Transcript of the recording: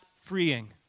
freeing